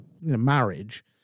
marriage